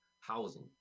housing